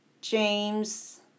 James